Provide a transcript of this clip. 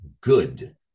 Good